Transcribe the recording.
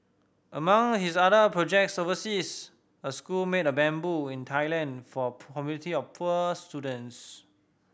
among his other projects overseas a school made of bamboo in Thailand for a community of poor students